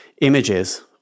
images